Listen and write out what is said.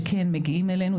שכן מגיעים אלינו,